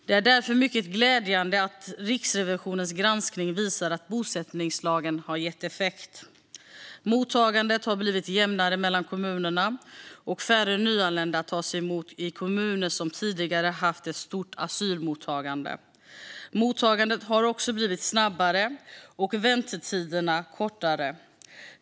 Det är därför mycket glädjande att Riksrevisionens granskning visar att bosättningslagen har gett effekt. Mottagandet har blivit jämnare mellan kommunerna, och färre nyanlända tas emot i kommuner som tidigare haft ett stort asylmottagande. Mottagandet har också blivit snabbare och väntetiderna kortare.